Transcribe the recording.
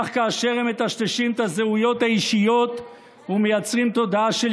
כך כאשר הם מטשטשים את הזהויות האישיות ומייצרים תודעה של